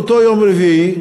באותו יום רביעי,